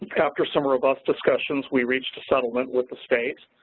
after some robust discussions, we reached a settlement with the state